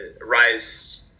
rise –